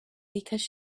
because